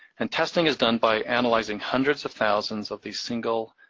and testing is done by analyzing hundreds of thousands of these single,